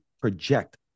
project